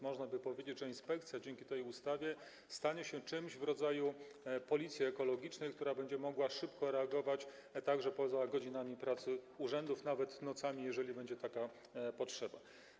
Można by powiedzieć, że inspekcja dzięki tej ustawie stanie się czymś w rodzaju policji ekologicznej, która będzie mogła szybko reagować także poza godzinami pracy urzędów, nawet nocami, jeżeli będzie taka potrzeba.